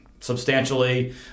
substantially